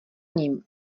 ním